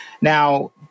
Now